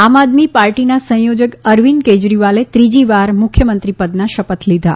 આમ આદમી પાર્ટીના સંયોજક અરવિંદ કેજરીવાલે ત્રીજી વાર મુખ્યમંત્રી પદના શપથ લીઘા